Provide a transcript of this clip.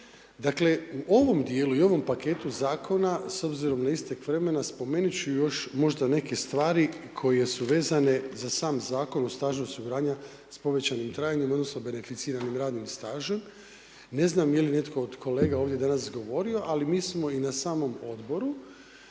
Dakle u ovom djelu i ovom paketu zakona, s obzirom na istek vremena, spomenut ću još možda neke stvari koje su vezane za sam zakon o stažu osiguranja s povećanim trajanjem, odnosno beneficiranim radnim stažom. Ne znam je li netko od kolega ovdje danas govorio, ali mi smo i na samom odboru